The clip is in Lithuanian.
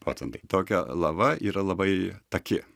procentai tokia lava yra labai taki